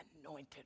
anointed